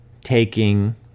taking